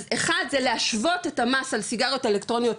אז אחד זה להשוות את המס על סיגריות אלקטרוניות,